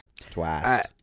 Twice